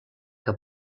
que